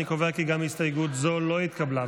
אני קובע כי גם הסתייגות זו לא התקבלה.